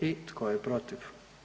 I tko je protiv?